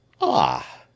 Ah